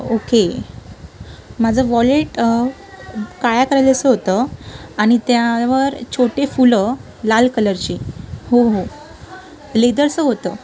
okay माझं wallet काळ्या कलेचं होतं आणि त्यावर छोटे फुलं लाल कलरचे हो हो लेदरचं होतं